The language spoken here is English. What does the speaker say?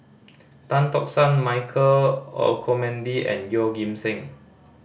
Tan Tock San Michael Olcomendy and Yeoh Ghim Seng